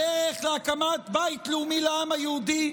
הדרך להקמת בית לאומי לעם היהודי,